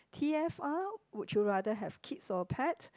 t_f_r would you rather have kids or pet